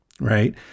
right